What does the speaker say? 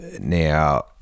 now